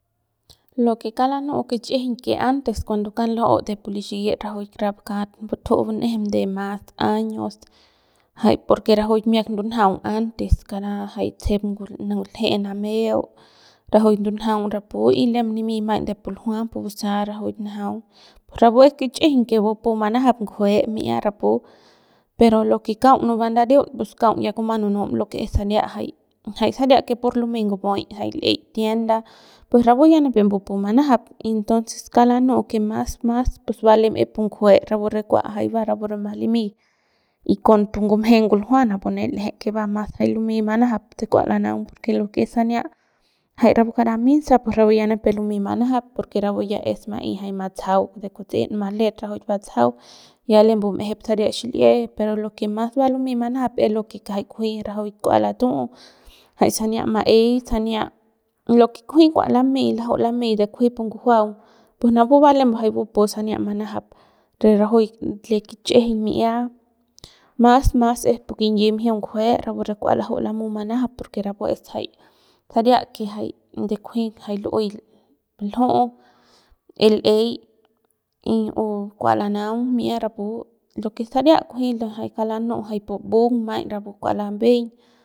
Lo que kauk lanu'u kich'ijiñ que antes cuando kauk la'u li xikit rajuik rakat butju'u bun'ejem de mas años jay porque rajuik miak ndunjaung antes kara jay tsejep ngulje'e lameu rajuik ndunjaung rapue y le nimi de pu ljua pu busa rajuik njaung pus rapu es kich'ijiñ que bupu manajap ngujue mi'ia rapu pero lo que kaung nubam ndarium ya es nunum saria jay saria pur lumey ngupuy jay l'ey tienda pues rapu ya nipep mbapu manajap entonces kauk lanu'u que mas mas va lem es pu ngujue jay kua va es rapu re mas limi y con pu ngumje nguljua napu ne va l'eje mas jay lumey manajap se kua lanaung porque lo que es sania jay rapu kara minsa pu rapu ya nipepe lumey manajap porque rapu ya es ma'ey jay matsajau de kutsiñma let rajuik batsajau ya lem bum'ejep saria xil'ie pero lo que mas va lumey manajap es lo que jay kunji rajuik kua latu'u jay sania ma'ey sania lo que kujuy kua lamey laju lamey kujuy pu ngujuaung pus napu va lem jay bupu sania manajap re rajuik de kich'ijiñ mi'ia mas mas es pu kunyi mjiung ngujue rapu re kua laju'u lamu manajap porque es jay saria jay de kuji jay lu'uey lju'u y l'ey y u kua lanaung mi'ia rapu lo que saria kunji kauk lanu'u jay pu mbung maiñ rapu kua labeiñ.